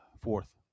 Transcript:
Fourth